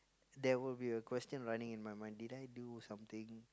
there will be a question running in my mind did I do something